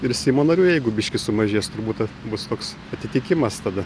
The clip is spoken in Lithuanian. ir seimo narių jeigu biški sumažės turbūt bus toks atitikimas tada